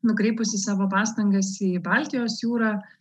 nukreipusi savo pastangas į baltijos jūrą